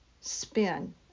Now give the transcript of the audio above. spin